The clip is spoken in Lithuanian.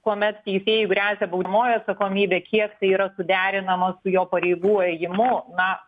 kuomet teisėjui gresia baudžiamoji atsakomybė kiek tai yra suderinama su jo pareigų ėjimu na